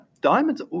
Diamonds